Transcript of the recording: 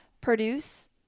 produce